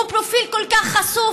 זה פרופיל כל כך חשוף,